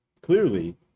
clearly